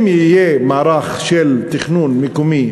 אם יהיה מערך של תכנון מקומי,